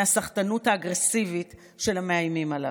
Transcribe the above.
הסחטנות האגרסיבית של המאיימים עליו.